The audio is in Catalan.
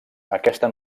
aquesta